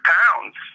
pounds